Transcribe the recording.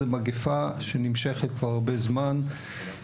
זאת מגיפה שנמשכת כבר הרבה זמן.